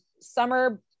summer